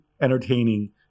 entertaining